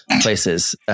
places